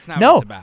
no